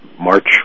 March